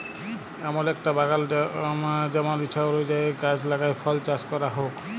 এমল একটা বাগাল জেমল ইছা অলুযায়ী গাহাচ লাগাই ফল চাস ক্যরা হউক